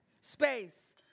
space